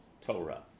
Torah